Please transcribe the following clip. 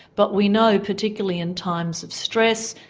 but we know particularly in times of stress,